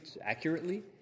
accurately